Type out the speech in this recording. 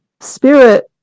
spirit